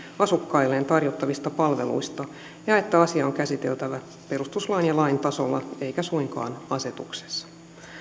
asukkailleen tarjottavista palveluista ja että asia on käsiteltävä perustuslain ja lain tasolla eikä suinkaan asetuksessa